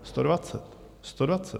120. 120.